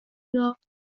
یافت